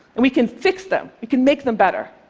and we can fix them. we can make them better.